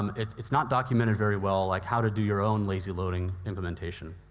um it's it's not documented very well, like how to do your own lazy-loading implementation.